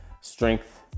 strength